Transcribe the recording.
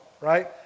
Right